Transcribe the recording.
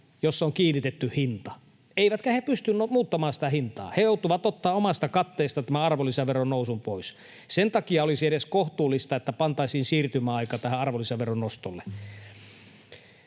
joissa on kiinnitetty hinta, eivätkä he pysty muuttamaan sitä hintaa. He joutuvat ottamaan omasta katteestaan tämän arvonlisäveron nousun pois. Sen takia olisi edes kohtuullista, että pantaisiin siirtymäaika tälle arvonlisäveron nostolle.